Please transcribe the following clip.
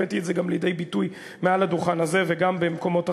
הבאתי את זה גם לידי ביטוי מעל הדוכן הזה וגם במקומות אחרים,